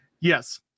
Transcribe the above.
Yes